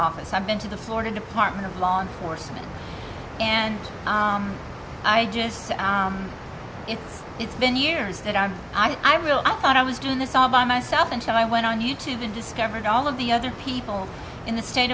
office i've been to the florida department of law enforcement and i just it's it's been years that i'm i will i thought i was doing this all by myself until i went on you tube and discovered all of the other people in the state